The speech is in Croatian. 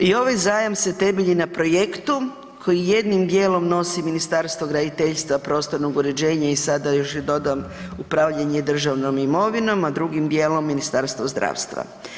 I ovaj zajam se temelji na projektu koji jednom dijelom nosi Ministarstvo graditeljstva, prostornog uređenja i sada još i dodan upravljanje državnom imovinom, a drugim dijelom Ministarstvo zdravstva.